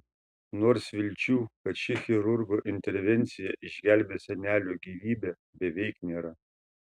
nors vilčių kad ši chirurgo intervencija išgelbės senelio gyvybę beveik nėra